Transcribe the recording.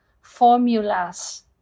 formulas